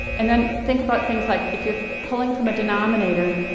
and then think about things like if you're pulling from a denominator,